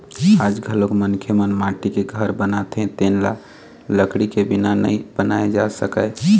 आज घलोक मनखे मन माटी के घर बनाथे तेन ल लकड़ी के बिना नइ बनाए जा सकय